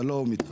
אתה לא מתחמק.